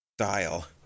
style